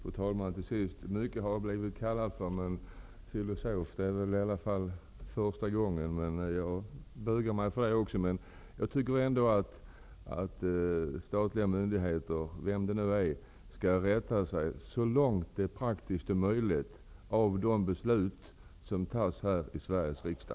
Fru talman! Mycket har jag blivit kallad för, men för första gången för filosof. Jag bugar mig för det också. Jag tycker ändå att statliga myndigheter så långt det praktiskt taget är möjligt skall rätta sig efter de beslut som fattas av Sveriges riksdag.